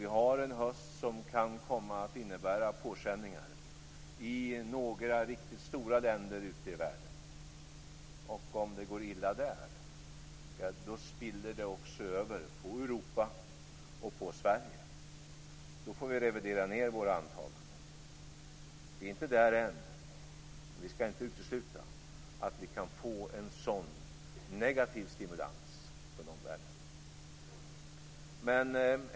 Vi har en höst som kan komma att innebära påkänningar i några riktigt stora länder ute i världen. Om det går illa där spiller det också över på Europa och på Sverige. Då får vi revidera våra antaganden. Vi är inte där än, men vi skall inte utesluta att vi kan få en sådan negativ stimulans från omvärlden.